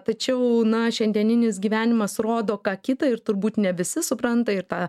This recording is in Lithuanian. tačiau na šiandieninis gyvenimas rodo ką kita ir turbūt ne visi supranta ir tą